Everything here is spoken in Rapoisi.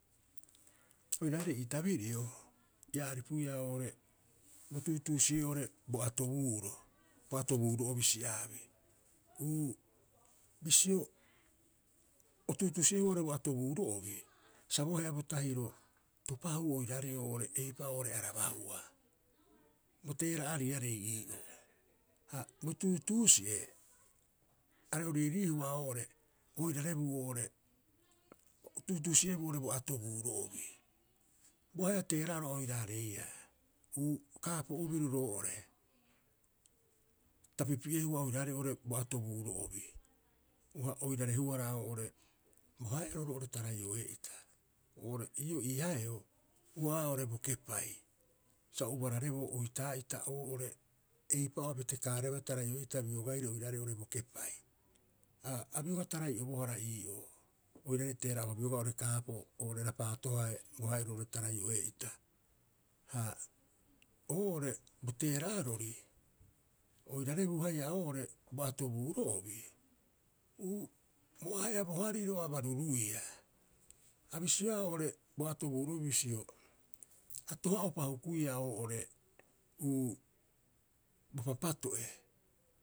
Oiraarei ii tabirio ia aripuiaa oo'ore bo tuutuusi'e'oo oo'ore bo atobuuro, bo atobuuro'obi si'aabi. Uu bisio o tuutuusi'ehua oo'ore bo atobuuro'obi sa bo ahe'a tahiro topahuu oiraarei eipa'oo oo'ore arabahua. Bo teera'ariarei ii'oo. Ha bo tuutuusi'e are o riiriihua oo'ore oirarebuu oo'ore o tuutuusi'ebuu oo'ore bo atobuuro'obi. Bo aheo teera'aro a oiraareiia. Uu, kaapo'o biru roo'ore, ta pipi'ehua oiraarei bo atobuuro'obi uaha oirarehuara oo'ore bo hae'oro roo'ore Tarai'o'ee'ita. Oo'ore ii'oo ii haeoo, ua'oeaa oo'ore bo kepai, sa o ubarareboo oitaa'ita oo'ore eipa'oo a betekaarebaa Tarai'o'ee'ita biogaire oiraarei oo'ore bo kepai. A a bioga tarai'obohara ii'oo oiraarei teera'a'uopa biogaa oo'ore kaapo'o, oo'ore raapaato hae bo hae'oro roo'ore Tarai'o'ee'ita. Ha oo'ore bo teera'arori, oirarebuu haia oo'ore bo atobuuro'obi uu, bo ahe'a bo hariro a baruruiia. A bisioea oo'ore bo atoobuuro'obi bisio, a toha'upa hukuiia oo'ore uu, bo papato'e.